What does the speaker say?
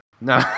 No